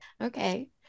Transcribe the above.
Okay